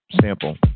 sample